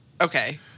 Okay